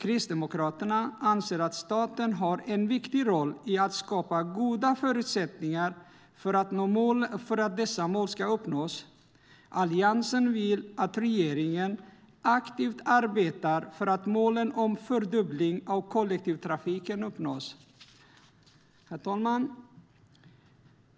Kristdemokraterna anser att staten har en viktig roll när det gäller att skapa goda förutsättningar för att detta mål ska uppnås. Alliansen vill att regeringen arbetar aktivt för att målet om en fördubbling av kollektivtrafiken uppnås.